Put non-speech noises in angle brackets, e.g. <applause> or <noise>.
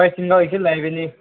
<unintelligible> ꯅꯣꯏꯒꯤꯁꯨ ꯂꯩꯕꯅꯤ